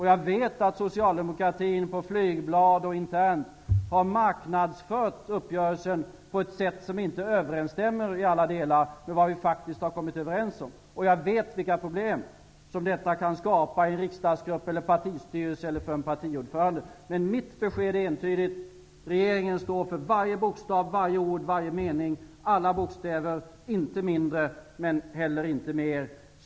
Jag vet att socialdemokratin via flygblad och internt har marknadsfört uppgörelsen på ett sätt som inte överensstämmer i alla delar med vad vi faktiskt har kommit överens om. Jag vet vilka problem som detta kan skapa i en riksdagsgrupp, i en partistyrelse och för en partiordförande. Mitt besked är entydigt: Regeringen står för varje bokstav, varje ord och varje mening. Regeringen står alltså för alla bokstäver, inte mindre men inte heller mer.